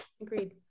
Agreed